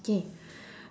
okay